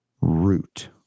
Root